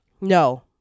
No